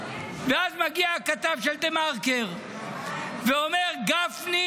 ואז מגיע הכתב של דה-מרקר ואומר: לגפני